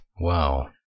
Wow